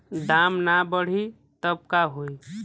दाम ना बढ़ी तब का होई